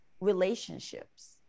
relationships